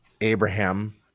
Abraham